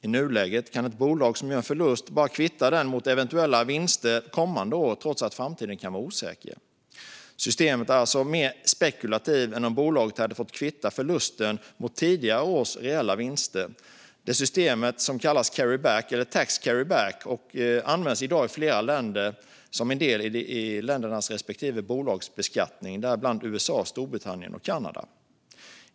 I nuläget kan ett bolag som gör en förlust bara kvitta den mot eventuella vinster kommande år, trots att framtiden kan vara osäker. Systemet är alltså mer spekulativt än om bolaget hade fått kvitta förlusten mot tidigare års reella vinster. Det systemet kallas carry back, eller tax carry back, och används i dag i flera länder som en del i deras respektive bolagsbeskattning. Det gäller bland annat USA, Storbritannien och Kanada.